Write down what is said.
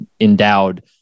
endowed